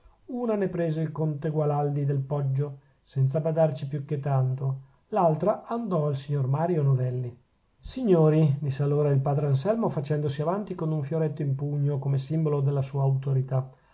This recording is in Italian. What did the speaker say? una ne prese il conte gualandi del poggio senza badarci più che tanto l'altra andò al signor mario novelli signori disse allora il padre anselmo facendosi avanti con un fioretto in pugno come simbolo della sua autorità